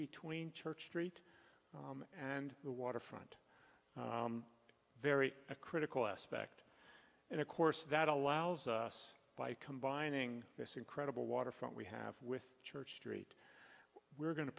between church street and the waterfront very a critical aspect and of course that allows us by combining this incredible waterfront we have with church street we're go